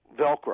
Velcro